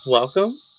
Welcome